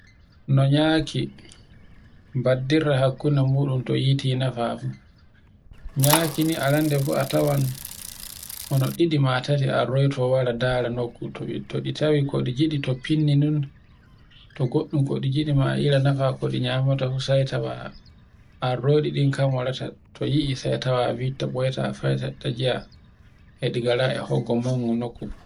No nyaki baddirta hakkunde muɗum to yiti nafa nyakini a rande fu a tawan hono ini ma tati arrayto wara dara nokku toɗi tawi koɗi giɗi finni non. To goɗɗum ko ɗi giɗi ma ira nafa ko ɗi nyamata fu sai tawa arroɗi ɗi kan warata to yi'I sai tawa a watta ɓoyta eɗi gara e hoggo maungo nokku fu.